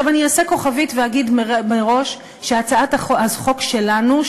אני אעשה כוכבית ואגיד מראש שהצעת החוק שלנו,